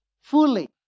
fully